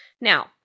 Now